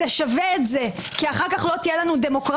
זה שווה את זה כי אחר כך לא תהיה לנו דמוקרטיה.